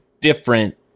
different